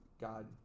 God